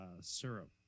syrup